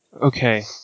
Okay